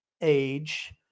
age